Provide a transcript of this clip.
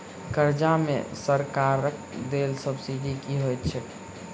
कर्जा मे सरकारक देल सब्सिडी की होइत छैक?